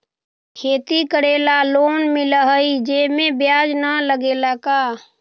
खेती करे ला लोन मिलहई जे में ब्याज न लगेला का?